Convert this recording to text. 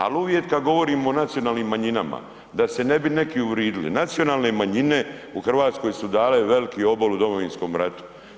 Ali uvijek kada govorimo o nacionalnim manjinama da se neki ne bi uvridili, nacionalne manjine u Hrvatskoj su dale veliki obol u Domovinskom ratu.